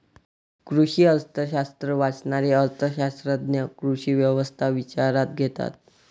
कृषी अर्थशास्त्र वाचणारे अर्थ शास्त्रज्ञ कृषी व्यवस्था विचारात घेतात